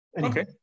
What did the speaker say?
Okay